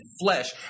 flesh